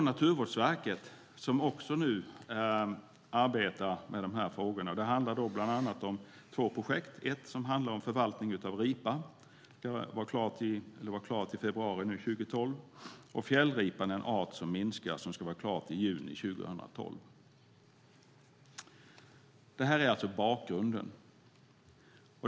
Naturvårdsverket arbetar också med de här frågorna. Det handlar bland annat om två projekt. Ett handlar om förvaltning av ripa. Det skulle vara klart i februari 2012. Det andra projektet heter Fjällripan - en art som minskar. Det ska vara klart i juni 2012. Det här är alltså bakgrunden.